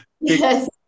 Yes